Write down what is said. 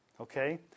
Okay